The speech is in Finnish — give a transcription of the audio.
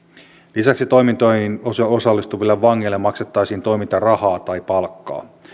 lisäksi toimintoihin osallistuville vangeille maksettaisiin toimintarahaa tai palkkaa